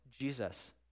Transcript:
Jesus